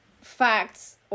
facts